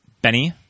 Benny